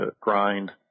grind